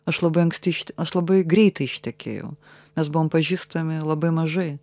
aš labai anksti iš aš labai greitai ištekėjau mes buvom pažįstami labai mažai